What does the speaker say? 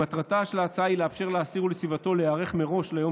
מטרתה של ההצעה היא לאפשר לאסיר ולסביבתו להיערך מראש ליום